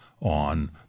on